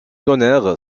tonnerre